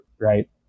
right